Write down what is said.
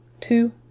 Two